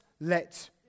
let